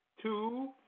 Two